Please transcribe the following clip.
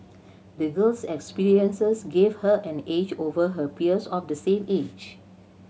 the girl's experiences gave her an edge over her peers of the same age